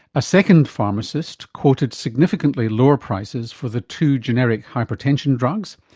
a second pharmacist quoted significantly lower prices for the two generic hypertension drugs,